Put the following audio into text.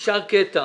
נשאר קטע